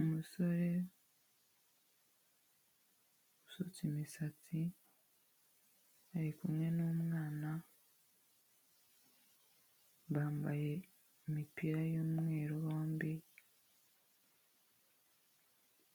Umusore usutse imisatsi ari kumwe n'umwana bambaye imipira yumweru bombi,